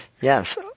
yes